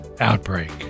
outbreak